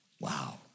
wow